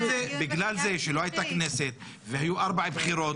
בגלל זה שלא הייתה כנסת והיו ארבע בחירות.